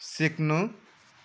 सिक्नु